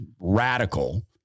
radical